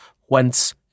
whence